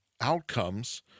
outcomes